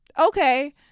Okay